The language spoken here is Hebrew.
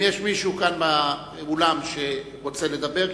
אם יש מישהו כאן באולם שרוצה לדבר,